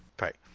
right